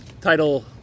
title